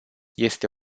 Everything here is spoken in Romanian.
este